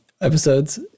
episodes